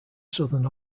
southern